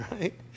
right